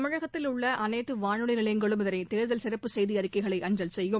தமிழகத்தில் உள்ள அனைத்து வானொலி நிலையங்களும் இந்த தேர்தல் சிறப்பு செய்தி அறிக்கைகளை அஞ்சல் செய்யும்